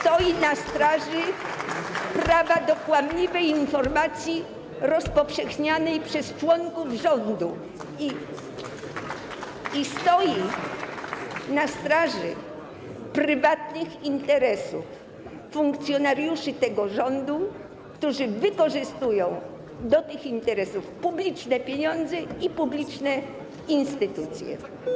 Stoi na straży prawa do kłamliwej informacji rozpowszechnianej przez członków rządu, stoi na straży prywatnych interesów funkcjonariuszy tego rządu, którzy wykorzystują do tych interesów publiczne pieniądze i publiczne instytucje.